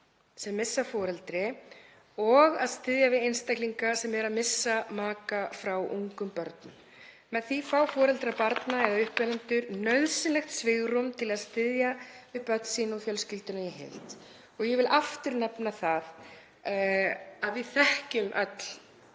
sem missa foreldri og að styðja við einstaklinga sem eru að missa maka frá ungum börnum. Með því fá foreldrar barna eða uppalendur nauðsynlegt svigrúm til að styðja við börn sín og fjölskylduna í heild. Og ég vil aftur nefna það að við þekkjum öll